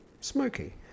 smoky